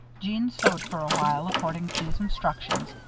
jeanne sewed for a while, according to these instructions,